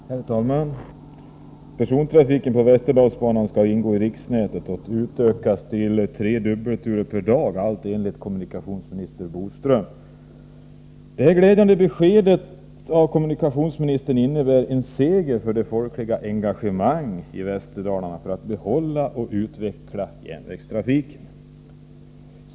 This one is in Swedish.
Herr talman! Persontrafiken på Västerdalsbanan skall ingå i riksnätet och utökas till tre dubbelturer per dag — allt enligt kommunikationsminister Boström. Detta glädjande besked av kommunikationsministern innebär en seger för det folkliga engagemanget i Västerdalarna för att behålla och utveckla järnvägstrafiken.